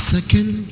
Second